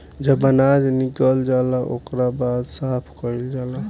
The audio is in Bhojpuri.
जब अनाज निकल जाला ओकरा बाद साफ़ कईल जाला